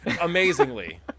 amazingly